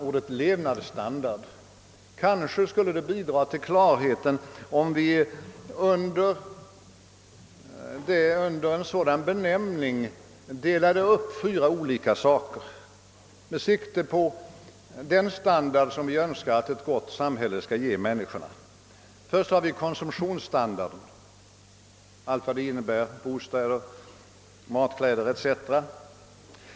Ordet levnadsstandard nämns mycket ofta. Det kanske skulle bidra till att skapa klarhet om vi under en sådan benämning sammanfattade fyra olika företeelser med sikte på den standard som vi önskar att ett gott samhälle skall ge människorna. För det första har vi konsumtionsstandarden med allt vad den innefattar — bostäder, mat, kläder etc.